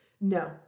no